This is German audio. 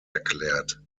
erklärt